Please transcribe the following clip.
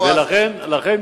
אבל זה חוק שהממשלה מציעה.